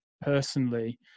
personally